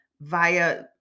via